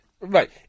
Right